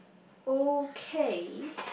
okay